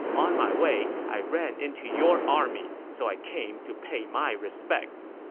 on my way, i ran into your army, so i came to pay my respects.